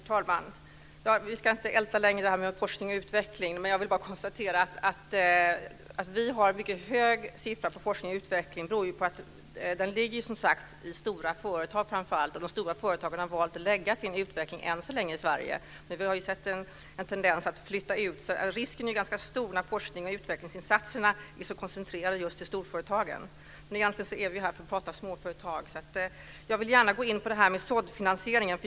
Herr talman! Vi ska inte älta längre det här med forskning och utveckling. Att vi har en mycket hög siffra på forskning och utveckling beror ju på att forskning och utveckling framför allt ligger i stora företag, och de stora företagen har än så länge valt att lägga sina utvecklingsavdelningar i Sverige. Men vi har sett en tendens att flytta ut. Risken är ganska stor för det när forsknings och utvecklingsinsatserna är så koncentrerade till just storföretagen. Men egentligen är vi ju här för att prata småföretag. Jag vill gärna gå in på det här med såddfinansieringen.